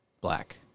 black